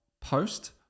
post